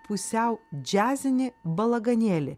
pusiau džiazinį balaganėlį